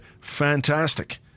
Fantastic